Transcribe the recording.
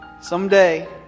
Someday